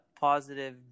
positive